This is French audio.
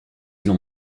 l’on